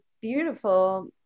beautiful